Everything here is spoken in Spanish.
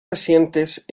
recientes